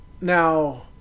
Now